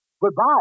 Goodbye